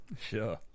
sure